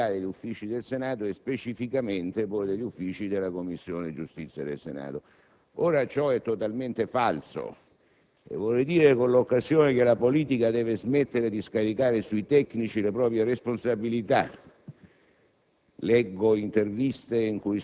che vi sarebbe una responsabilità degli uffici del Senato e, specificamente, degli uffici della Commissione giustizia del Senato. Ciò è totalmente falso. Colgo, anzi, l'occasione per dire che la politica deve smettere di scaricare sui tecnici le proprie responsabilità: